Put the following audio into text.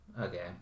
Okay